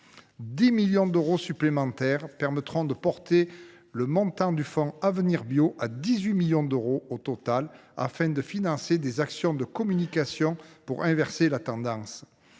10 millions d’euros supplémentaires permettront de porter le montant total du fonds Avenir Bio à 18 millions d’euros, ce qui assurera le financement d’actions de communication pour inverser la tendance.